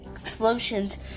explosions